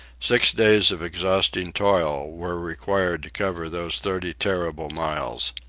six days of exhausting toil were required to cover those thirty terrible miles.